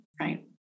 right